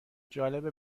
جالبه